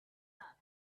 that